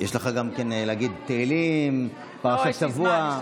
יש לך גם כן להגיד תהילים, פרשת שבוע.